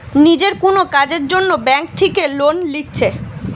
নিজের কুনো কাজের জন্যে ব্যাংক থিকে লোন লিচ্ছে